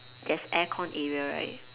there's aircon area right